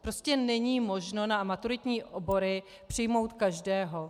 Prostě není možno na maturitní obory přijmout každého.